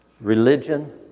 religion